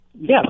Yes